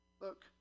Look